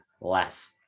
less